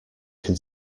can